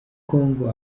congo